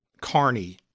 Carney